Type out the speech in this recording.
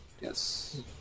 Yes